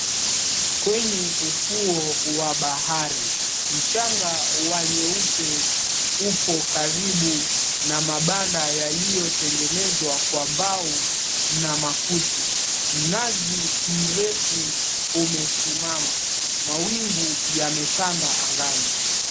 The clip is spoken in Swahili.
Kwenye ufuo wa bahari mchanga wa nyeupe upo karibu na mabanda yaliyotengenezwa kwa mbao na makuti, mnazi mrefu umesimama, mawingu yametanda angani.